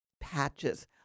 patches